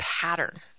pattern